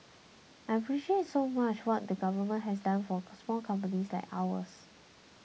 I appreciate so much what the government has done for small companies like ours